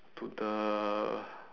to the